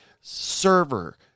server